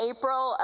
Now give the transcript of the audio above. April